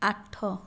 ଆଠ